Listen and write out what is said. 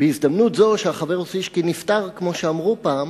בהזדמנות זו שהחבר אוסישקין נפטר, כמו שאמרו פעם,